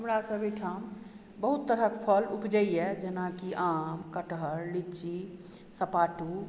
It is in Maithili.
हमरासभ एहिठाम बहुत तरहक फल ऊपजैए जेनाकि आम कटहर लीची सपाटू